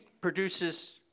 produces